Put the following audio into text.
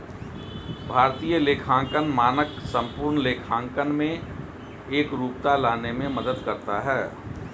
भारतीय लेखांकन मानक संपूर्ण लेखांकन में एकरूपता लाने में मदद करता है